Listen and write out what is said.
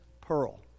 pearl